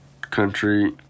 Country